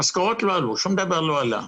המשכורות לא עלו, שום דבר לא עלה.